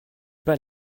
pas